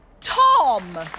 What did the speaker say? Tom